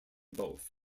both